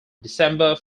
december